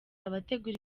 abategura